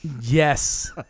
Yes